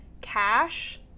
cash